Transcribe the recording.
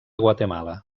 guatemala